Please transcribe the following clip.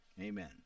Amen